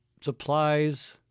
supplies